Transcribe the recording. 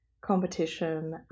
competition